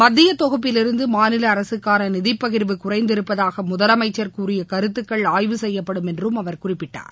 மத்திய தொகுப்பிலிருந்து மாநில அரகக்கான நிதிப் பகிர்வு குறைந்திருப்பதாக முதலமைச்ச் கூறிய கருத்துக்கள் ஆய்வு செய்யப்படும் என்றும் அவர் குறிப்பிட்டார்